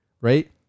right